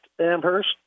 Amherst